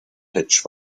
patch